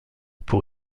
pour